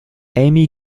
amy